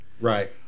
Right